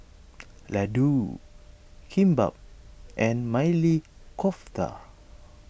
Ladoo Kimbap and Maili Kofta